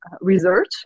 research